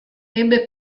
ebbe